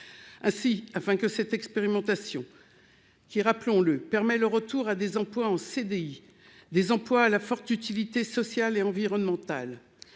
ah si afin que cette expérimentation qui, rappelons-le, permet le retour à des emplois en CDI des emplois à la forte utilité sociale et environnementale